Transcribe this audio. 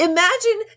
Imagine